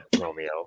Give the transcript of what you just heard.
Romeo